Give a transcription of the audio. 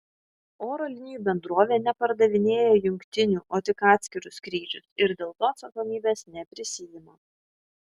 oro linijų bendrovė nepardavinėja jungtinių o tik atskirus skrydžius ir dėl to atsakomybės neprisiima